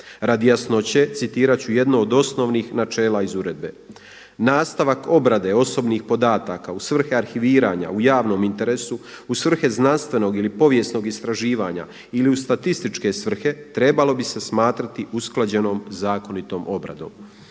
Radi jasnoće citirati ću jednu od osnovnih načela iz uredbe. Nastavak obrade osobnih podataka u svrhe arhiviranja u javnom interesu, u svrhe znanstvenog ili povijesnog istraživanja ili u statističke svrhe trebalo bi se smatrati usklađenom zakonitom obradom.